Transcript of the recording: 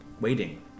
waiting